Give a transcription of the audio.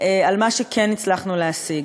על מה שכן הצלחנו להשיג.